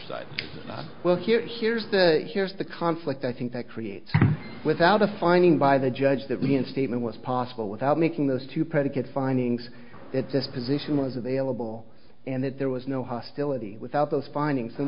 sides well here here's the here's the conflict i think that creates without a finding by the judge that reinstatement was possible without making those two predicate findings that this position was available and that there was no hostility without those finding